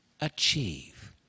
achieve